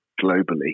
globally